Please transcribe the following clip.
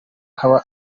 kaba